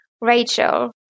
Rachel